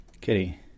kitty